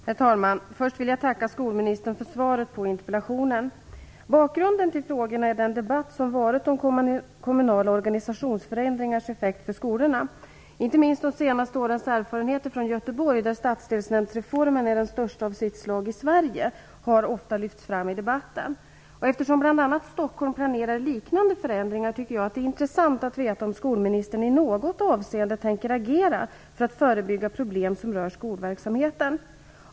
Herr talman! Först vill jag tacka skolministern för svaret på interpellationen. Bakgrunden till frågorna är den debatt som varit om kommunala organisationsförändringars effekt för skolorna. Inte minst de senaste årens erfarenheter från Göteborg, där stadsdelsnämndsreformen är den största i sitt slag i Sverige, har ofta lyfts fram i debatten. Eftersom bl.a. Stockholm planerar liknande förändringar tycker jag att det är intressant att veta om skolministern i något avseende tänker agera för att förebygga problem som rör skolverksamheten.